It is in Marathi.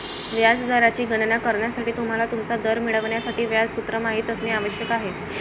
व्याज दराची गणना करण्यासाठी, तुम्हाला तुमचा दर मिळवण्यासाठी व्याज सूत्र माहित असणे आवश्यक आहे